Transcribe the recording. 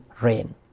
rain